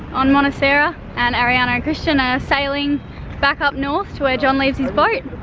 on monoceras, and ariana and christian are sailing back up north to where john leaves his boat,